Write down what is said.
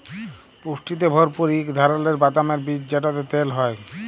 পুষ্টিতে ভরপুর ইক ধারালের বাদামের বীজ যেটতে তেল হ্যয়